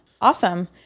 Awesome